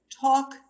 talk